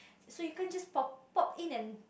so you can't just pop pop in and